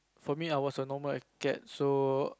for me I was a normal acad so